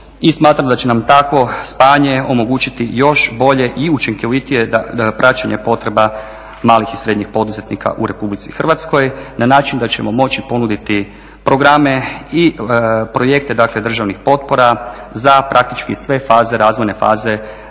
smatram da će nam takvo spajanje omogućiti još bolje i učinkovitije praćenje potreba malih i srednjih poduzetnika u Republici Hrvatskoj na način da ćemo moći ponuditi programe i projekte državnih potpora za praktički sve faze, razvojne faze